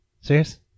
Serious